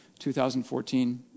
2014